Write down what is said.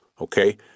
okay